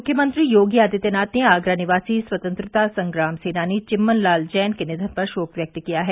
म्ख्यमंत्री योगी आदित्यनाथ ने आगरा निवासी स्वतंत्रता संग्राम सेनानी चिम्मन लाल जैन के निधन पर शोक व्यक्त किया है